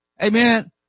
Amen